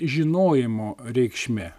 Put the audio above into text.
žinojimo reikšmė